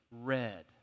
red